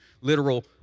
literal